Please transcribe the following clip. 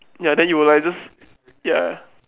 ya then you were like just ya